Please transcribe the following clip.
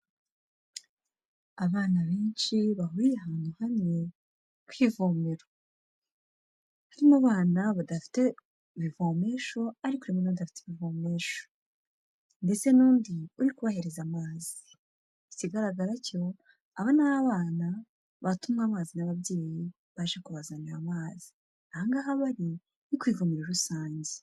Abana benshi bahuriye ahantu hamwe, kw'ivomero, harimo abana badafite ibivomesho, ariko hari n'abandi bafite ibivomesho, ndetse n'undi uri kubahereza amazi, ikigaragara cyo aba ni abana batumwe amazi n'ababyeyi, baje kubazanira amazi, ahangaha bari ni ku ivomero rusange.